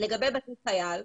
לגבי בתי חייל,